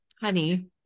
honey